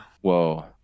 Whoa